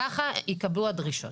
כך ייקבעו הדרישות.